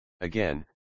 Again